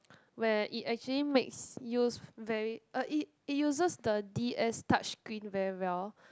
where it actually makes use very uh it it uses the D_S touch screen very well